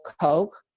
Coke